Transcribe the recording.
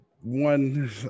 one